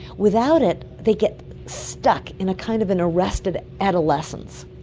without it they get stuck in a kind of an arrested adolescence,